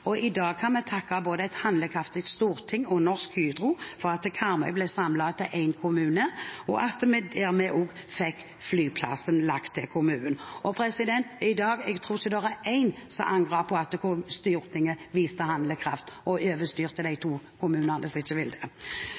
kommuner. I dag kan vi takke både et handlekraftig storting og Norsk Hydro for at Karmøy ble samlet til én kommune, og at vi dermed også fikk flyplassen lagt til kommunen. I dag tror jeg ikke det er én som angrer på at Stortinget viste handlekraft og overstyrte de to kommunene som ikke